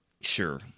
sure